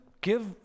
give